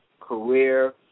career